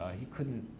ah he couldn't